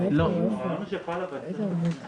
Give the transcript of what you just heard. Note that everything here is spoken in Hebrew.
ברבעון המלא שקדם לתקופת הבידוד,